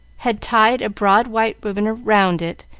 had tied a broad white ribbon round it,